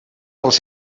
dels